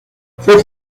fue